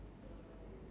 but like